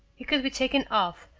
he could be taken off,